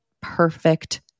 perfect